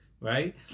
right